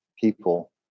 people